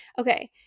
Okay